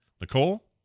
Nicole